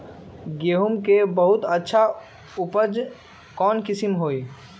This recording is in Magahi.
गेंहू के बहुत अच्छा उपज कौन किस्म होई?